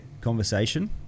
conversation